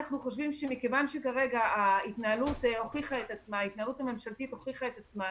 אנחנו חושבים שמכיוון שכרגע ההתנהלות הממשלתית הוכיחה את עצמה,